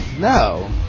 No